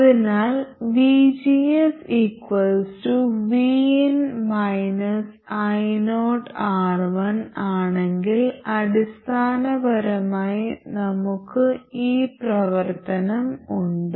അതിനാൽ vgs vin ioR1 ആണെങ്കിൽ അടിസ്ഥാനപരമായി നമുക്ക് ഈ പ്രവർത്തനം ഉണ്ട്